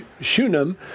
Shunem